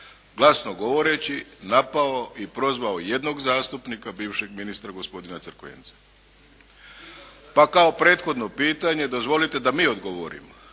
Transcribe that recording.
glasnogovoreći napao i prozvao jednog zastupnika, bivšeg ministra gospodina Crkvenca. Pa kao prethodno pitanje dozvolite da mi odgovorimo.